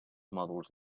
mòduls